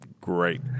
great